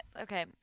Okay